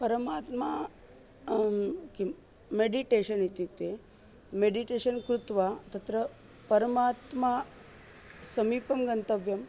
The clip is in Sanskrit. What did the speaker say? परमात्मा किं मेडिटेशन् इत्युक्ते मेडिटेषन् कृत्वा तत्र परमात्मा समीपं गन्तव्यम्